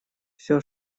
все